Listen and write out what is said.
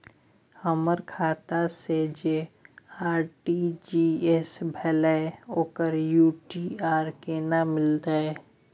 हमर खाता से जे आर.टी.जी एस भेलै ओकर यू.टी.आर केना मिलतै?